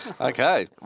Okay